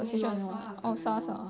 no it was SARS !aiyo!